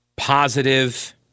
positive